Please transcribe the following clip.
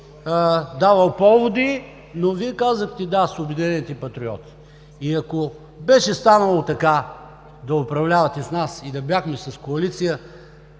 давал поводи, но Вие казахте: да с „Обединените патриоти“. И ако беше станало така да управлявате с нас и да бяхме в коалиция,